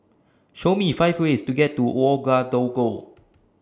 Show Me five ways to get to Ouagadougou